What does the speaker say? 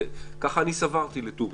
ככה סברתי לתומי.